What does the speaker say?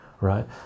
right